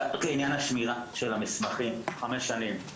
רק לעניין שמירת המסמכים במשך חמש שנים.